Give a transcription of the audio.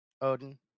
Odin